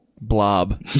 blob